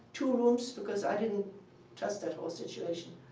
two rooms, because i didn't trust that whole situation.